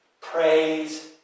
praise